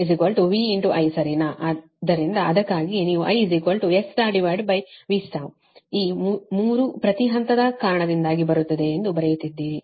ಆದ್ದರಿಂದ ಅದಕ್ಕಾಗಿಯೇ ನೀವು I SV ಈ 3 ಪ್ರತಿ ಹಂತದ ಕಾರಣದಿಂದಾಗಿ ಬರುತ್ತದೆ ಎಂದು ಬರೆಯುತ್ತಿದ್ದೀರಿ